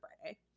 Friday